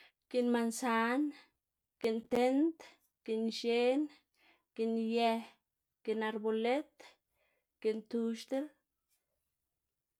gi'n mansan, giꞌn tind, giꞌn x̱en, giꞌn ye, giꞌn arbolit, giꞌn tuxdl,